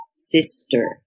sister